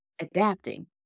adapting